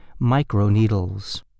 microneedles